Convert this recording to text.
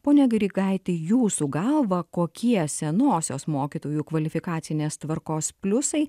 pone grigaiti jūsų galva kokie senosios mokytojų kvalifikacinės tvarkos pliusai